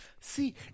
See